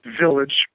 village